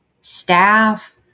staff